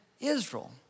Israel